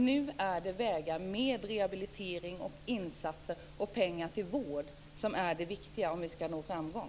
Nu är det rehabiliterande insatser och pengar till vård som är det viktiga om vi skall nå framgång.